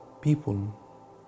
people